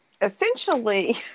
Essentially